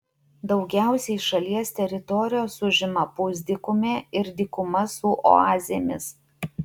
daugiausiai šalies teritorijos užima pusdykumė ir dykuma su oazėmis